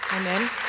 Amen